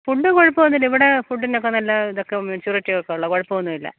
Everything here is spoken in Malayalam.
ഫുഡ്ഡ് കുഴപ്പമൊന്നും ഇല്ല ഇവിടെ ഫുഡ്ഡിനൊക്കെ നല്ല ഇതൊക്കെ മെച്ചൂരിറ്റിയൊക്കെ ഉള്ള കുഴപ്പമൊന്നും ഇല്ല